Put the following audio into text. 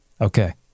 Okay